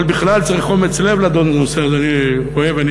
אבל בכלל צריך אומץ לב, אדוני, אני אעמוד,